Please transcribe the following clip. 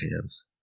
hands